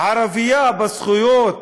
ערבית בזכויות